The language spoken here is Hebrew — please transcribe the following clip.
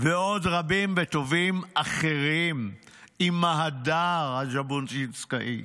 ועוד רבים וטובים אחרים עם ההדר הז'בוטינסקאי?